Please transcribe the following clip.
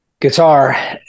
guitar